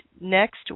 next